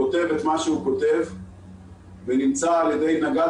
כותב את מה שהוא כותב ונמצא על ידי נגד